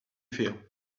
feel